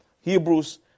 Hebrews